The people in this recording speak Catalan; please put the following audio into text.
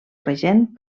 regent